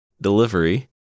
delivery